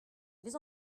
les